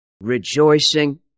rejoicing